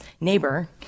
neighbor